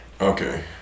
Okay